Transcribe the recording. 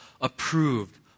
approved